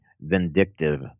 vindictive